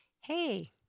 Hey